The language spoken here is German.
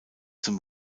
zum